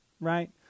right